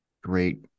great